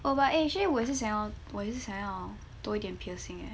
oh but eh actually 我是想我也想要多一点 piercing eh